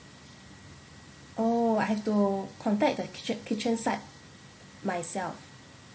oh I have to contact the kitchen kitchen side myself